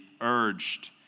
urged